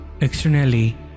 externally